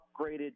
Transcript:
upgraded